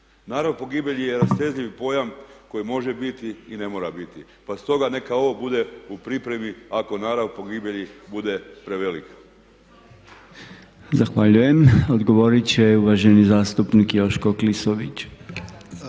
Narav pogibelji je rastezljivi pojam koji može biti i ne mora biti pa stoga neka ovo bude u pripremi ako narav pogibelji bude prevelik.